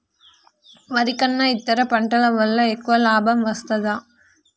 వరి కన్నా ఇతర పంటల వల్ల ఎక్కువ లాభం వస్తదా?